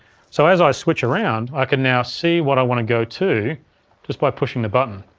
so as i switch around i can now see what i wanna go to just by pushing the button,